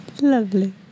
Lovely